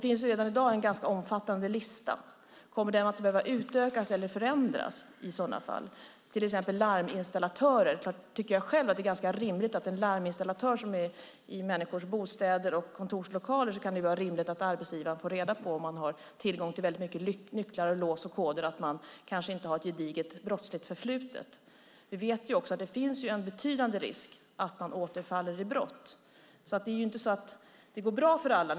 Redan i dag finns en ganska omfattande lista. Frågan är om den i så fall kommer att behöva utökas eller förändras. Om det exempelvis gäller larminstallatörer, som är i människors bostäder och kontorslokaler och har tillgång till många nycklar, lås och koder, tycker jag att det kan vara rimligt att arbetsgivaren får veta att installatören inte har ett gediget brottsligt förflutet. Dessutom vet vi att det finns en betydande risk för att man återfaller i brott, att det inte går bra för alla.